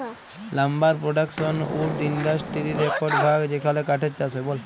lumber production wood ইন্ডাসটিরির একট ভাগ যেখালে কাঠের চাষ হয়